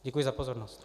Děkuji za pozornost.